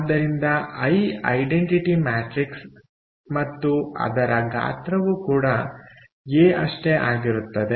ಆದ್ದರಿಂದ I identity matrix ಮತ್ತು ಅದರ ಗಾತ್ರವು ಕೂಡ ಎ ಅಷ್ಟೇ ಆಗಿರುತ್ತದೆ